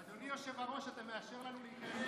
אדוני היושב-ראש, אתה מאשר לנו להיכנס?